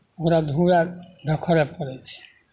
ओकरा धुअ धोखरय पड़ै छै